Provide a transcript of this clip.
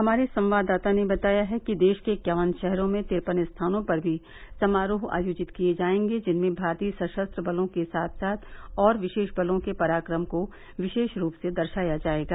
हमारे संवाददाता ने बताया है कि देश के इक्यावन शहरों में तिरपन स्थानों पर भी समारोह आयोजित किए जाएंगे जिनमें भारतीय सशस्त्र बलों के साथ साथ और विशेष बलों के पराक्रम को विशेष रूप से दर्शाया जाएगा